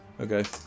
Okay